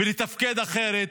ולתפקד אחרת,